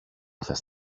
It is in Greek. θες